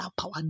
power